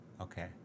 Okay